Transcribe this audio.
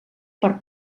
per